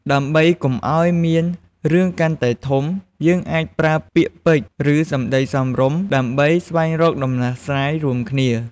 ដើម្បីកុំឲ្យមានរឿងកាន់តែធំ យើងអាចប្រើពាក្យពេចន៌ ឬ សំដីសមរម្យ ដើម្បីស្វែងរកដំណោះស្រាយរួមគ្នា។